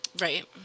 Right